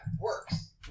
works